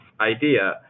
idea